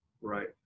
Right